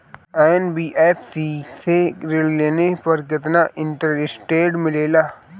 NBFC से ऋण लेने पर केतना इंटरेस्ट मिलेला?